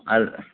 हल